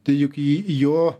tai juk ji jo